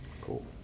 Cool